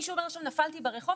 ומישהו אומר עכשיו 'נפלתי ברחוב,